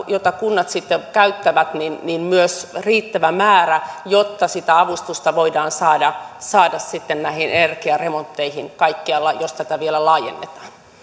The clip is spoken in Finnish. joita kunnat sitten käyttävät riittävä määrä jotta sitä avustusta voidaan saada saada sitten näihin energiaremontteihin kaikkialla jos tätä vielä laajennetaan